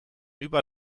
über